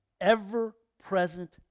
ever-present